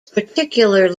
particular